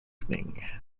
evening